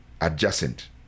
adjacent